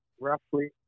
roughly